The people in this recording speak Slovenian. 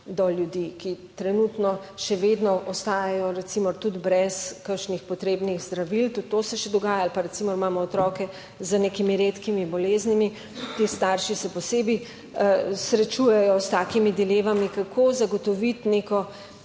do ljudi, ki trenutno še vedno ostajajo recimo tudi brez kakšnih potrebnih zdravil, tudi to se še dogaja. Ali pa recimo imamo otroke z nekimi redkimi boleznimi, tudi ti starši se posebej. Srečujejo s takimi dilemami, kako zagotoviti neko,